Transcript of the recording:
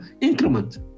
increment